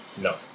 No